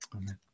Amen